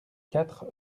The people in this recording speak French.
quatre